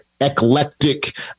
eclectic